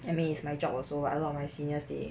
I mean it's my job also ah a lot of my seniors they